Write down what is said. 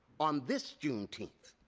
on this juneteenth,